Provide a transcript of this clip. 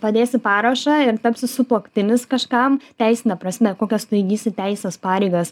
padėsi parašą ir tapsi sutuoktinis kažkam teisine prasme kokias tu įgysi teises pareigas